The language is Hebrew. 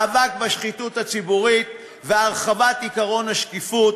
למאבק בשחיתות ציבורית ולהרחבת עקרון השקיפות,